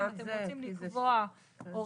אם אתם רוצים לקבוע הוראות,